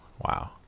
Wow